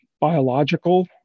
biological